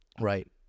right